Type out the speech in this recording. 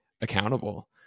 accountable